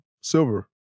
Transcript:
Silver